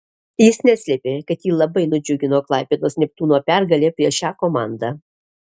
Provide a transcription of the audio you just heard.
jis neslėpė kad jį labai nudžiugino klaipėdos neptūno pergalė prieš šią komandą